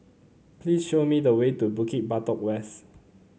please show me the way to Bukit Batok West